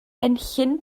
enllyn